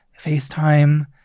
FaceTime